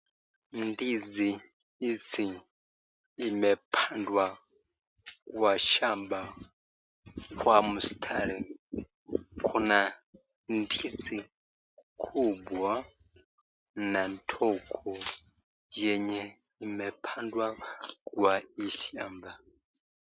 Ndizi hii imepandwa kwa shamba kwa mstari. Kuna ndizi kubwa na ndogo yenye imepangwa kwa hii shamba.